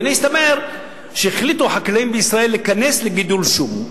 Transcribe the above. ומסתבר שהחליטו חקלאים בישראל להיכנס לגידול שום,